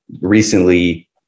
recently